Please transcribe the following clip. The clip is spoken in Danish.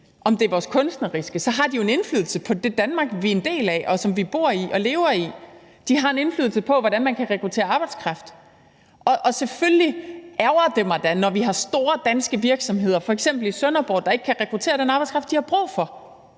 om det er vores kunstneriske uddannelser, har de jo en indflydelse på det Danmark, vi er en del af, og som vi bor i og lever i, og de har en indflydelse på, hvordan man kan rekruttere arbejdskraft. Og selvfølgelig ærgrer det mig da, når vi har store danske virksomheder, f.eks. i Sønderborg, der ikke kan rekruttere den arbejdskraft, de har brug for.